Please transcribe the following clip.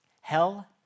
Hell